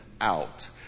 out